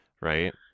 right